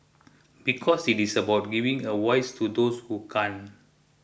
because it is about giving a voice to those who can